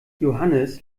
johannes